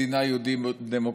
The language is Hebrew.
מדינה יהודית דמוקרטית.